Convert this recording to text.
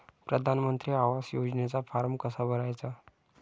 प्रधानमंत्री आवास योजनेचा फॉर्म कसा भरायचा?